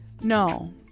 No